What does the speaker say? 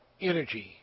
energy